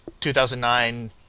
2009